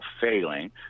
failing